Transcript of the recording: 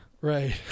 Right